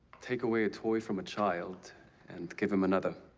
take away a toy from a child and give him another